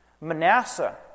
Manasseh